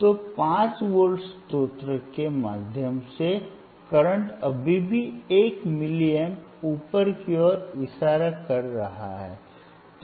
तो 5 वोल्ट स्रोत के माध्यम से वर्तमान अभी भी 1 मिलीएम्प ऊपर की ओर इशारा कर रहा है